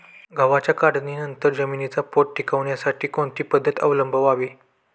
गव्हाच्या काढणीनंतर जमिनीचा पोत टिकवण्यासाठी कोणती पद्धत अवलंबवावी?